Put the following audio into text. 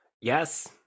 Yes